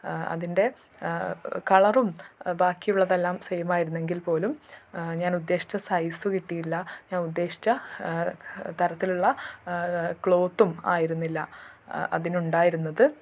അതിൻ്റെ കളറും ബാക്കിയുള്ളതെല്ലാം സെയിം ആയിരുന്നെങ്കിൽ പോലും ഞാൻ ഉദ്ദേശിച്ച സൈസ് കിട്ടിയില്ല ഞാൻ ഉദ്ദേശിച്ച തരത്തിലുള്ള ക്ലോത്തും ആയിരുന്നില്ല അതിനുണ്ടായിരുന്നത്